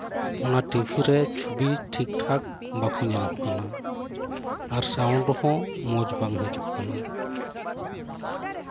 ᱚᱱᱟ ᱴᱤᱵᱷᱤᱨᱮ ᱪᱷᱚᱵᱤ ᱴᱷᱤᱠ ᱴᱷᱟᱠ ᱵᱟᱠᱚ ᱧᱮᱞᱚᱜ ᱠᱟᱱᱟ ᱟᱨ ᱥᱟᱣᱩᱱᱰ ᱦᱚᱸ ᱢᱚᱸᱡ ᱵᱟᱝ ᱦᱤᱡᱩᱜ ᱠᱟᱱᱟ